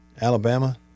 Alabama